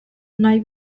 nahi